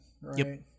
right